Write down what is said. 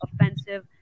offensive